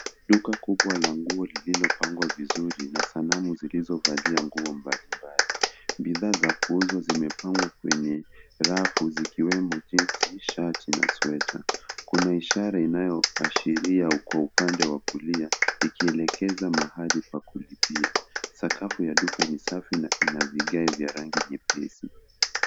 Duka kubwa la nguo lililopangwa vizuri na sanamu zilizovalia nguo malimbali. Bidhaa za kuuzwa zimepangwa kwenye rafu zikiwemo jezi, shati na sweta. Kuna ishara inayoashiria kwa upande wa kulia ikielekeza mahali pa kulipia. Sakafu ya duka ni safi na ina vigae vya rangi nyepesi.